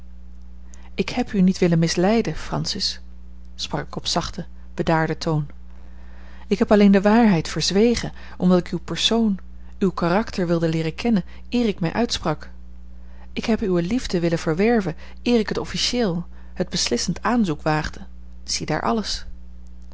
ik heb u niet willen misleiden francis sprak ik op zachten bedaarden toon ik heb alleen de waarheid verzwegen omdat ik uw persoon uw karakter wilde leeren kennen eer ik mij uitsprak ik heb uwe liefde willen verwerven eer ik het officieel het beslissend aanzoek waagde ziedaar alles